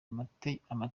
amategeko